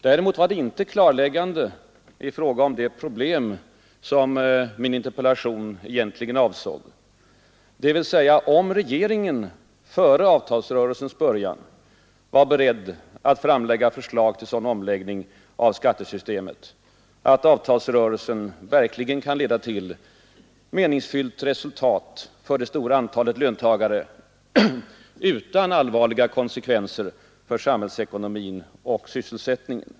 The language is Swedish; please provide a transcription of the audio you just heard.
Däremot var det inte klarläggande i fråga om det problem som min interpellation egentligen avsåg, dvs. om regeringen före avtalsrörelsens början var beredd att framlägga förslag till sådan omläggning av skattesystemet, att avtalsrörelsen verkligen kan leda till ett meningsfyllt resultat för det stora antalet löntagare utan allvarliga konsekvenser för samhällsekonomin och sysselsättningen.